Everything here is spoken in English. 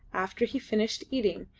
after he finished eating,